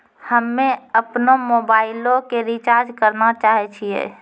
हम्मे अपनो मोबाइलो के रिचार्ज करना चाहै छिये